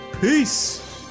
peace